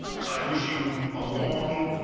so i wish you a long,